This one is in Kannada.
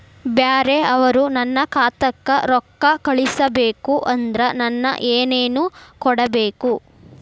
ಬ್ಯಾರೆ ಅವರು ನನ್ನ ಖಾತಾಕ್ಕ ರೊಕ್ಕಾ ಕಳಿಸಬೇಕು ಅಂದ್ರ ನನ್ನ ಏನೇನು ಕೊಡಬೇಕು?